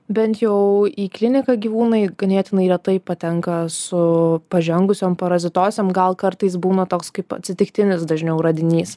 bent jau į kliniką gyvūnai ganėtinai retai patenka su pažengusiom parazitozėm gal kartais būna toks kaip atsitiktinis dažniau radinys